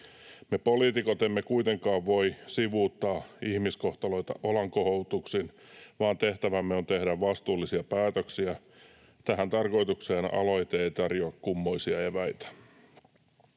Me poliitikot emme kuitenkaan voi sivuuttaa ihmiskohtaloita olankohautuksin, vaan tehtävämme on tehdä vastuullisia päätöksiä. Tähän tarkoitukseen aloite ei tarjoa kummoisia eväitä.